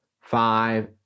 five